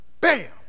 Bam